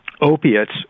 opiates